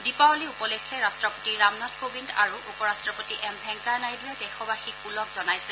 দীপাৱলী উপলক্ষে ৰাষ্ট্ৰপতি ৰামনাথ কোবিন্দ আৰু উপৰা্ট্টপতি এম ভেংকায়া নাইডুয়ে দেশবাসীক ওলগ জনাইছে